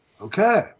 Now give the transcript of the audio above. Okay